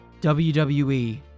WWE